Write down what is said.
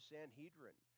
Sanhedrin